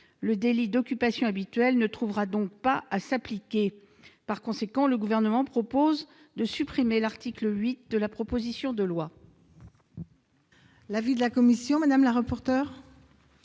Le délit d'occupation habituelle ne trouvera donc pas à s'appliquer. En conséquence, le Gouvernement propose de supprimer l'article 8 de la proposition de loi. Quel est l'avis de la commission ? La commission